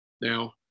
Now